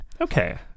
Okay